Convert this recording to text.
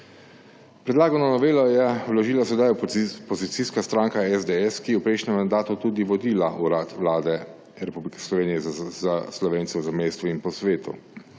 Predlagano novelo je vložila sedaj opozicijska stranka SDS, ki je v prejšnjem mandatu tudi vodila Urad vlade Republike Slovenije za Slovence v zamejstvu in po svetu.